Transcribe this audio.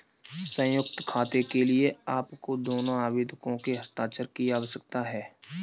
संयुक्त खाते के लिए आपको दोनों आवेदकों के हस्ताक्षर की आवश्यकता है